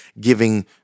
giving